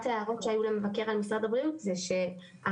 ההערות שהיו למבקר על משרד הבריאות זה שהמחירים